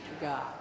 God